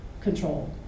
control